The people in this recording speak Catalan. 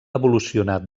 evolucionar